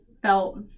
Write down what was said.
felt